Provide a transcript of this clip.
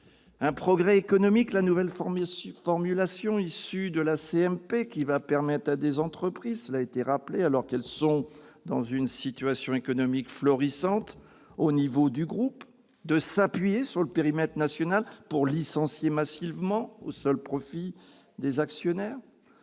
Un progrès économique, la nouvelle formulation issue de la commission mixte paritaire, qui va permettre à des entreprises- cela a été rappelé -, alors qu'elles sont dans une situation économique florissante au niveau du groupe, de s'appuyer sur le périmètre national pour licencier massivement au seul profit des actionnaires ?